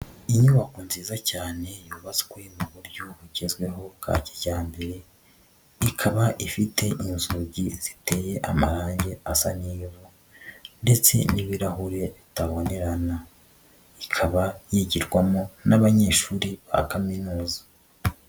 Inyubako nziza cyane yubatswe mu buryo bugezweho bwa kijyambere, ikaba ifite inzugi ziteye amahange asa n'ivu ndetse n'ibirahure bitabonerana, ikaba yigirwamo n'abanyeshuri ba Kaminuza.